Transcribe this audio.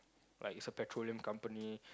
like it's a petroleum company